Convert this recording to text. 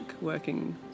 working